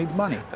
money.